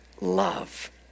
love